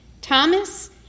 Thomas